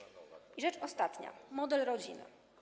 I rzecz ostatnia - model rodziny.